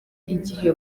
igihe